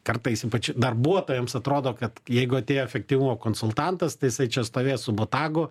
kartais ypač darbuotojams atrodo kad jeigu atėjo efektyvumo konsultantas tai jisai čia stovės su botagu